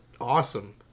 awesome